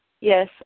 Yes